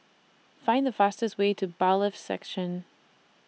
Find The fastest Way to Bailiffs' Section